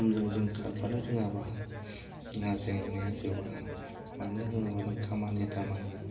समजों जों खारफानो रोङाबा जोंहा जेंनाया जोबा मानो होनोबा खामानि दामानि